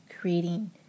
creating